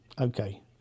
okay